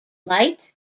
light